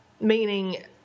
Meaning